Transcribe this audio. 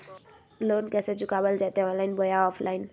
Loan कैसे चुकाबल जयते ऑनलाइन बोया ऑफलाइन?